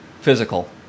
physical